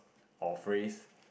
or phrase